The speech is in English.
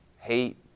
hate